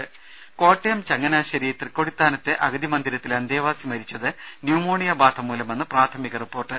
ദ്ദേ കോട്ടയം ചങ്ങനാശേരി തൃക്കൊടിത്താനത്തെ അഗതിമന്ദിരത്തിലെ അന്തേവാസി മരിച്ചത് ന്യൂമോണിയ ബാധ മൂലമെന്ന് പ്രാഥമിക റിപ്പോർട്ട്